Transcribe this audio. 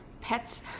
pets